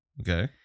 Okay